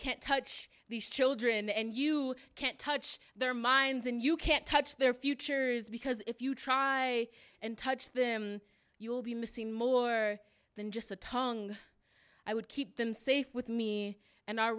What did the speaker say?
can't touch these children and you can't touch their minds and you can't touch their futures because if you try and touch them you will be missing more than just a tongue i would keep them safe with me and our